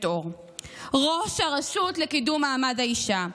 ראש הרשות לקידום מעמד האישה.